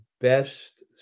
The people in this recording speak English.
best